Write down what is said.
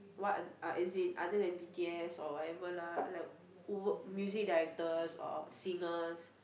what uh as in other than b_t_s or whatever lah like w~ music directors or singers